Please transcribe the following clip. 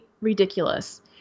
ridiculous